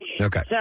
Okay